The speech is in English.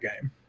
game